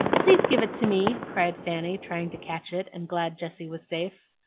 please give it to me! cried fanny, trying to catch it, and glad jessie was safe.